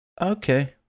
okay